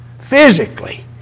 Physically